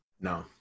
No